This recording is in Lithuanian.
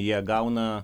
jie gauna